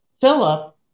Philip